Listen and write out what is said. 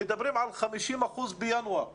מדברים על 50 אחוזים בינואר2021